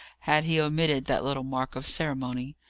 had he omitted that little mark of ceremony.